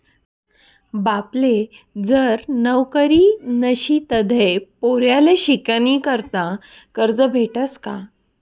बापले जर नवकरी नशी तधय पोर्याले शिकानीकरता करजं भेटस का?